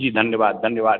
जी धन्यवाद धन्यवाद